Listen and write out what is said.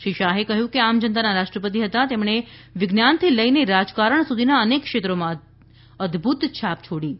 શ્રી શાહે કહ્યું કે એ આમ જનતાના રાષ્ટ્રપતિ હતા જેમણે વિજ્ઞાનથી લઈને રાજકારણ સુધીના અનેક ક્ષેત્રોમાં અદ્વત છાપ છોડી હતી